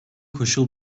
koşul